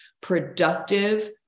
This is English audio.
productive